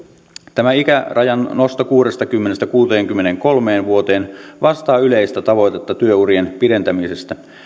tämä ikärajan nosto kuudestakymmenestä kuuteenkymmeneenkolmeen vuoteen vastaa yleistä tavoitetta työurien pidentämisestä